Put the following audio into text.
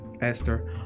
Esther